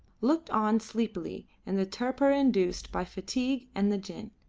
looked on sleepily in the torpor induced by fatigue and the gin.